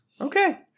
Okay